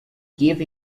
give